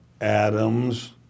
Adams